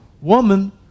Woman